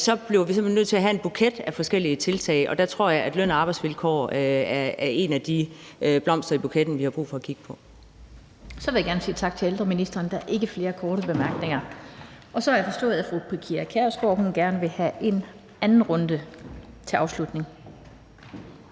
vi ligesom nødt til at have en buket af forskellige tiltag. Og der tror jeg, at løn og arbejdsvilkår er en af de blomster i buketten, vi har brug for at kigge på Kl. 17:31 Den fg. formand (Annette Lind): Så vil jeg gerne sige tak til ældreministeren. Der er ikke flere korte bemærkninger, og så har jeg forstået, at fru Pia Kjærsgaard gerne vil have en anden runde til afslutning.